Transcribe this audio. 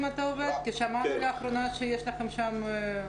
--- שמענו לאחרונה שיש לכם שם חיכוכים.